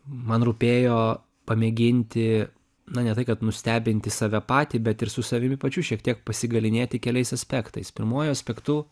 man rūpėjo pamėginti na ne tai kad nustebinti save patį bet ir su savimi pačiu šiek tiek pasigalynėti keliais aspektais pirmuoju aspektu